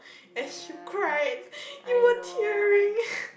as you cried you were tearing